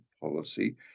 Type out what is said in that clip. policy